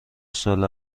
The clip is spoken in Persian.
سال